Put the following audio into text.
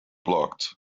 blocked